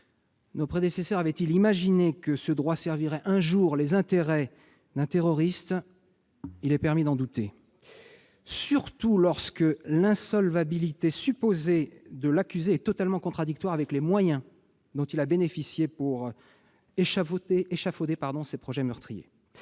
les législateurs avaient-ils imaginé que ce droit servirait un jour les intérêts d'un terroriste ? Il est permis d'en douter, surtout lorsque l'insolvabilité supposée de l'accusé est totalement contradictoire avec les moyens dont il a bénéficié pour échafauder ses projets meurtriers.